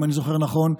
אם אני זוכר נכון,